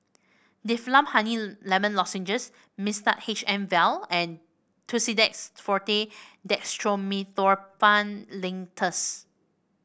Difflam Honey Lemon Lozenges Mixtard H M vial and Tussidex Forte Dextromethorphan Linctus